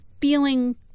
feeling